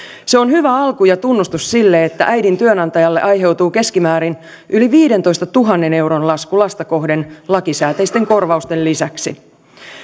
se on hyvä alku ja tunnustus sille että äidin työnantajalle aiheutuu keskimäärin yli viidentoistatuhannen euron lasku lasta kohden lakisääteisten korvausten lisäksi